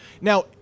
Now